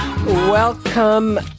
Welcome